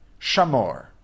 Shamor